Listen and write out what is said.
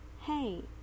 Hey